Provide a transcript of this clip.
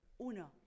Uno